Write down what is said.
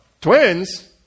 Twins